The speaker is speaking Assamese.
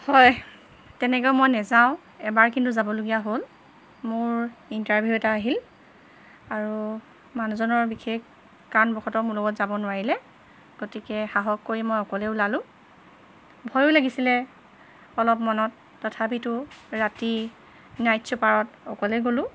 হয় তেনেকৈ মই নেযাওঁ এবাৰ কিন্তু যাবলগীয়া হ'ল মোৰ ইণ্টাৰভিউ এটা আহিল আৰু মানুহজনৰ বিশেষ কাৰণবসত মোৰ লগত যাব নোৱাৰিলে গতিকে সাহস কৰি মই অকলে ওলালোঁ ভয়ো লাগিছিলে অলপ মনত তথাপিতো ৰাতি নাইট চুপাৰত অকলে গ'লোঁ